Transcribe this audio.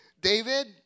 David